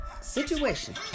Situation